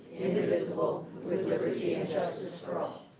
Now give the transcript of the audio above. indivisible, with liberty and justice for all.